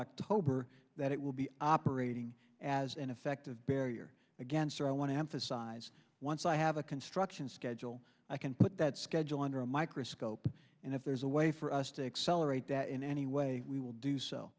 october that it will be operating as an effective barrier against i want to emphasize once i have a construction schedule i can put that schedule under a microscope and if there's a way for us to accelerate that in any way we will do so